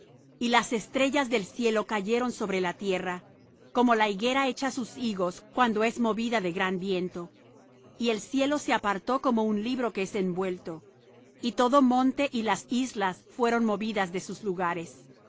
y las estrellas del cielo cayeron sobre la tierra como la higuera echa sus higos cuando es movida de gran viento y el cielo se apartó como un libro que es envuelto y todo monte y las islas fueron movidas de sus lugares